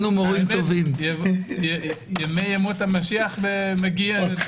ימות המשיח מגיעים.